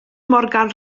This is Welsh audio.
morgan